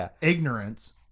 ignorance